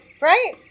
Right